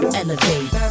elevate